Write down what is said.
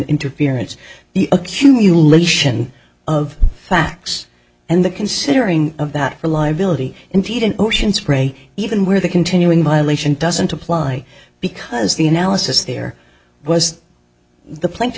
interference the accumulation of facts and the considering of that reliability indeed an ocean spray even where the continuing violation doesn't apply because the analysis there was the pla